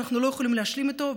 אנחנו לא יכולים להשלים איתו,